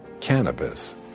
cannabis